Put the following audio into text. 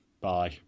bye